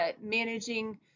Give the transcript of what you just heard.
managing